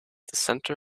center